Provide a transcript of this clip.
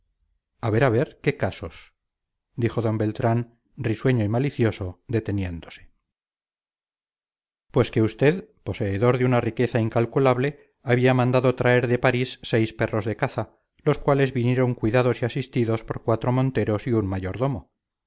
a ver a ver qué casos dijo d beltrán risueño y malicioso deteniéndose pues que usted poseedor de una riqueza incalculable había mandado traer de parís seis perros de caza los cuales vinieron cuidados y asistidos por cuatro monteros y un mayordomo